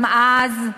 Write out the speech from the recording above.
גם אז,